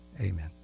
Amen